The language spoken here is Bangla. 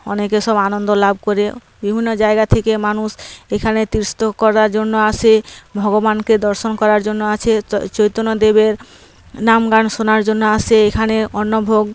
অনেকে সব আনন্দ লাভ করে বিভিন্ন জায়গা থেকে মানুষ এখানে তীর্থ করার জন্য আসে ভগবানকে দর্শন করার জন্য আসে চৈতন্যদেবের নাম গান শোনার জন্য আসে এখানে অন্নভোগ